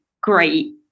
great